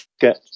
get